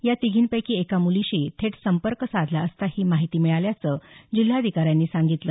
या तिघींपैकी एका मुलीशी थेट संपर्क साधला असता ही माहिती मिळाल्याचं जिल्हाधिकाऱ्यांनी सांगितलं